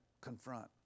confront